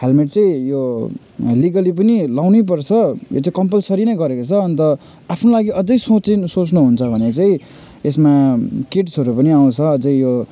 helmet चाहिँ यो legally पनि लगाउनै पर्छ यो चाहिँ कम्पलसरी नै गरेको छ अन्त आफ्नो लागि अझै सोची सोच्नु हुन्छ भने चाहिँ यसमा किट्सहरू पनि आउँछ अझै यो